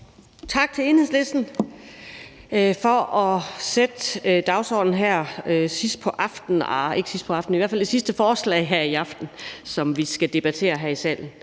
tak til Enhedslisten for at sætte det her på dagsordenen, her sidst på aftenen – nej, ikke sidst på aftenen, men det er i hvert fald det sidste forslag her i aften, som vi skal debattere her i salen,